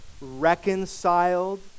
reconciled